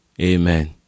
Amen